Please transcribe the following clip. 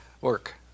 work